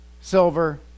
silver